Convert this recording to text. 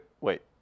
Wait